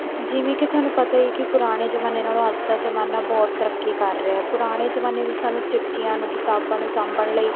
ਜਿਵੇਂ ਕਿ ਤੁਹਾਨੂੰ ਪਤਾ ਹੀ ਕਿ ਪੁਰਾਣੇ ਜ਼ਮਾਨੇ ਨਾਲ਼ੋਂ ਅੱਜ ਦਾ ਜ਼ਮਾਨਾ ਬਹੁਤ ਤਰੱਕੀ ਕਰ ਰਿਹਾ ਪੁਰਾਣੇ ਜ਼ਮਾਨੇ ਵਿੱਚ ਸਾਨੂੰ ਚਿੱਠੀਆਂ ਨੂੰ ਕਿਤਾਬਾਂ ਨੂੰ ਸਾਂਭਣ ਲਈ